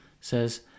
Says